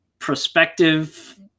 prospective